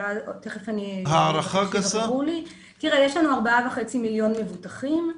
יש לנו 4.5 מיליון מבוטחים.